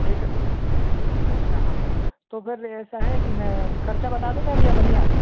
ठीक अच्छा हाँ तो फिर ऐसा है कि मैं खर्चा बता दूँगा या वहीं आके